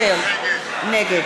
נגד